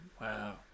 Wow